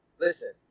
Listen